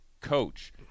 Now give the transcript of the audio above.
coach